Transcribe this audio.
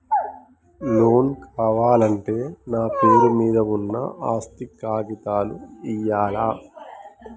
Loan కావాలంటే నా పేరు మీద ఉన్న ఆస్తి కాగితాలు ఇయ్యాలా?